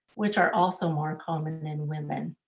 which are also more common in women.